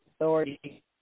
authority